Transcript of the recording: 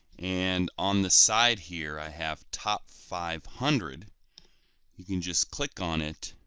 and on the side here i have top five hundred you can just click on it